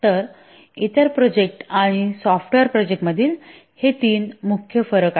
तर इतर प्रोजेक्ट आणि सॉफ्टवेअर प्रोजेक्ट मधील हे तीन मुख्य फरक आहेत